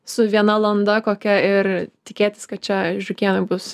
su viena landa kokia ir tikėtis kad čia žiurkėnui bus